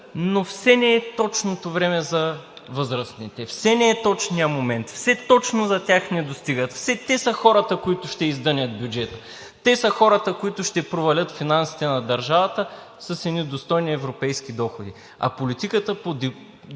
но все не е точното време за възрастните, все не е точният момент, все точно за тях не достигат, все те са хората, които ще издънят бюджета, те са хората, които ще провалят финансите на държавата с едни достойни европейски доходи! А политиката по